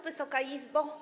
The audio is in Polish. Wysoka Izbo!